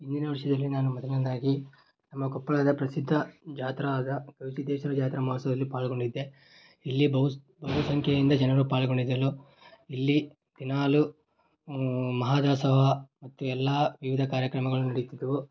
ಹಿಂದಿನ ವರ್ಷದಲ್ಲಿ ನಾನು ಮೊದಲನೇದಾಗಿ ನಮ್ಮ ಕೊಪ್ಪಳದ ಪ್ರಸಿದ್ಧ ಜಾತ್ರೆ ಆದ ಗವಿಸಿದ್ದೇಶ್ವರ ಜಾತ್ರಾ ಮಹೋತ್ಸವದಲ್ಲಿ ಪಾಲ್ಗೊಂಡಿದ್ದೆ ಇಲ್ಲಿ ಬಹು ಬಹು ಸಂಖ್ಯೆಯಿಂದ ಜನರು ಪಾಲ್ಗೊಂಡಿದ್ದರು ಇಲ್ಲಿ ದಿನಾಲು ಮಹಾದಾಸೋಹ ಮತ್ತು ಎಲ್ಲ ವಿವಿಧ ಕಾರ್ಯಕ್ರಮಗಳು ನಡೆತಿದ್ವು